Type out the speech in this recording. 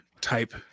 type